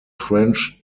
french